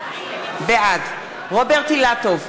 בעד רוברט אילטוב,